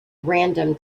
random